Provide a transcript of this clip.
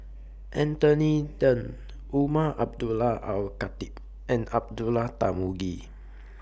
Anthony Then Umar Abdullah Al Khatib and Abdullah Tarmugi